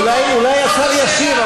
אולי השר ישיב,